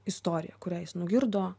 istorija kurią jis nugirdo